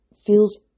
feels